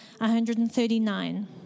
139